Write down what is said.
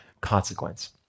consequence